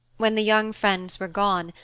when the young friends were gone,